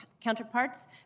counterparts